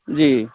जी